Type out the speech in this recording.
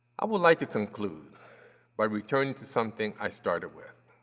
i would like to conclude by returning to something i started with,